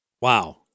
wow